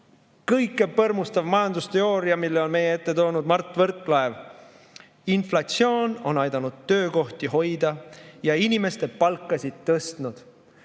kõikepõrmustav majandusteooria, mille on meie ette toonud Mart Võrklaev. Inflatsioon on aidanud töökohti hoida ja inimeste palkasid tõstnud.